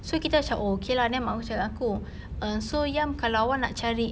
so kita macam oh okay lah then mak aku cakap dengan aku err so yam kalau awak nak cari